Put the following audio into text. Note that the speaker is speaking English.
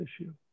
issue